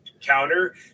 counter